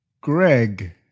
Greg